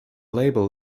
label